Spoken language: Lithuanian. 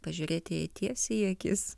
pažiūrėti jai tiesiai į akis